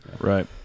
Right